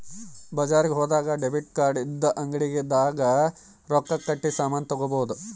ಬಜಾರ್ ಹೋದಾಗ debit card ಇಂದ ಅಂಗಡಿ ದಾಗ ರೊಕ್ಕ ಕಟ್ಟಿ ಸಾಮನ್ ತಗೊಬೊದು